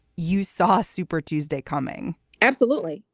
you saw super tuesday coming absolutely.